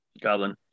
Goblin